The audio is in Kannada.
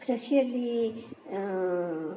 ಕೃಷಿಯಲ್ಲಿ